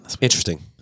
Interesting